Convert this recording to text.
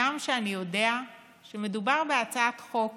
הגם שאני יודע שמדובר בהצעת חוק